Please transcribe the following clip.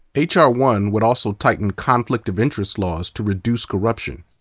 h r one would also tighten conflict of interest laws to reduce corruption.